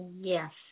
Yes